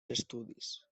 estudis